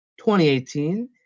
2018